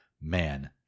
man